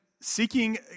seeking